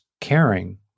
caring